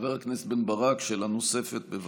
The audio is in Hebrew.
חבר הכנסת בן ברק, שאלה נוספת, בבקשה.